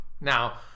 Now